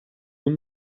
اون